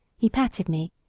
he patted me,